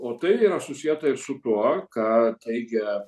o tai yra susieta ir su tuo ką teigia